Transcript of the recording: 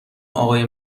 آقای